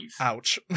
Ouch